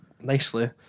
nicely